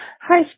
Hi